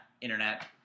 internet